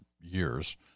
years